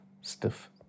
stiff